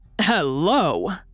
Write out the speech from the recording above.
Hello